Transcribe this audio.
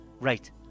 Right